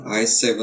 i7